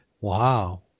Wow